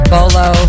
Bolo